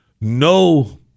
No